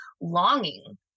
longing